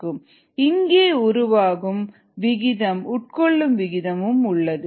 rcESk2ESV k3ESV இங்கே உருவாகும் விகிதமும் உட்கொள்ளும் விகிதமும் உள்ளது